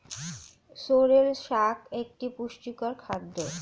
sorrel শাক একটি পুষ্টিকর খাদ্য